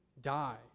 die